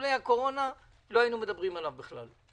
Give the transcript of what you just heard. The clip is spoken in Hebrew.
אילולא הקורונה לא היינו מדברים עליו בכלל,